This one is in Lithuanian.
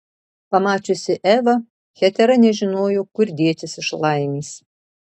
pamačiusi evą hetera nežinojo kur dėtis iš laimės